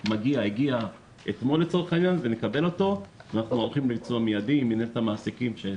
הגיע אתמול ונקבל אותו ואנחנו הולכים לביצוע מידי עם מנהלת המעסיקים.